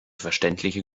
verständliche